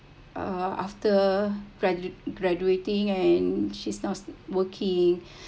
uh after gradua~ graduating and she's not working